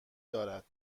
دارد